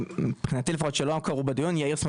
אני מלובי המיליון.